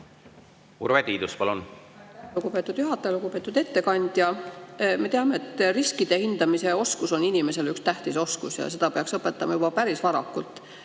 Urve Tiidus, palun! Lugupeetud juhataja! Lugupeetud ettekandja! Me teame, et riskide hindamise oskus on inimesele üks tähtis oskus, mida peaks õpetama juba päris varakult.